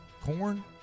Corn